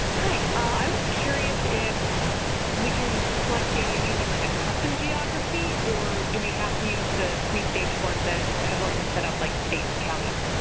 hi. i was curious if we can select data using like a custom geography or do we have to use the pre-staged ones that have already been set up like states and counties?